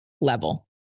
level